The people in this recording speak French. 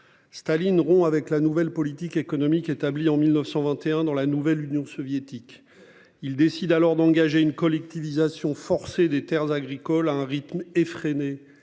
Staline rompt avec la nouvelle politique économique établi en 1921 dans la nouvelle union soviétique. Il décide alors d'engager une collectivisation forcée des Terres agricoles à un rythme effréné